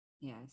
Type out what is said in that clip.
Yes